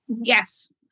Yes